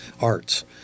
arts